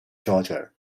georgia